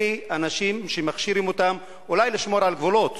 אלה אנשים שמכשירים אותם אולי לשמור על גבולות,